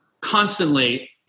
constantly